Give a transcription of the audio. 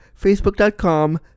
facebook.com